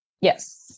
Yes